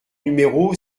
numéro